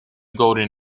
golden